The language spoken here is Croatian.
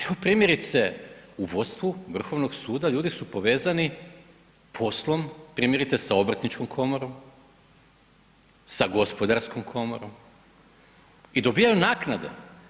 Evo primjerice u vodstvu Vrhovnog suda ljudi su povezani poslom primjerice sa obrtničkom komorom, sa gospodarskom komorom i dobivaju naknade.